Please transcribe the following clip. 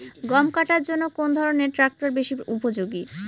গম কাটার জন্য কোন ধরণের ট্রাক্টর বেশি উপযোগী?